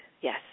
yes